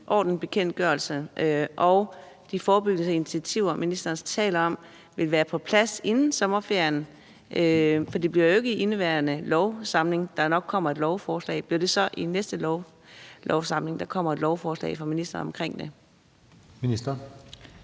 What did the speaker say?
og de forebyggende initiativer, ministeren taler om, vil være på plads inden sommerferien? For det bliver jo nok ikke i indeværende samling, at der kommer et lovforslag, så bliver det så i næste samling, at der kommer et lovforslag fra ministeren omkring det? Kl.